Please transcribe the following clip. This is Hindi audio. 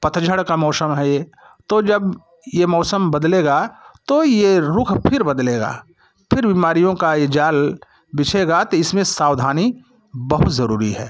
पतझड़ का मौशम है ये तो जब ये मौसम बदलेगा तो ये रुख फिर बदलेगा फिर बीमारियों का ये जाल बिछेगा तो इसमें सावधानी बहुत जरुरी है